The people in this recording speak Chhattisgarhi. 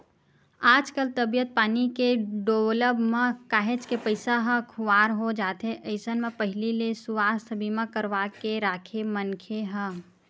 आजकल तबीयत पानी के डोलब म काहेच के पइसा ह खुवार हो जाथे अइसन म पहिली ले सुवास्थ बीमा करवाके के राखे मनखे ह